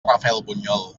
rafelbunyol